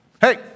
Hey